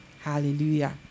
hallelujah